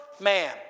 man